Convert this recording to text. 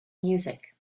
music